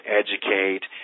educate